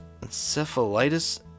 encephalitis